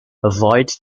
avoid